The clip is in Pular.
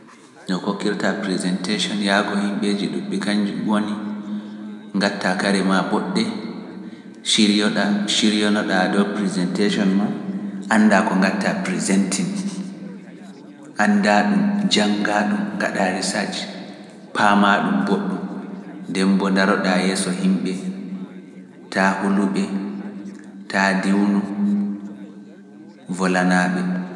no kokkirta presentation yaago yimɓeji ɗuuɓɓe kanjun woni ngatta kare ma boɗɗe ciriyo ɗa ciriyonoɗa presentation ma anda ko ngatta presenting, anda ɗum jangga ɗum ngaɗa research paama ɗum boɗɗum ndem mbo ndaro ɗa yeeso yimɓe ta huluɓe ta diwnu volana ɓe